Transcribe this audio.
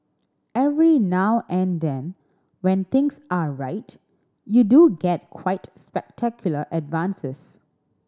every now and then when things are right you do get quite spectacular advances